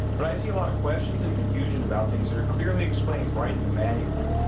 but i see a lot of questions and confusion about things that are clearly explained right in the manual,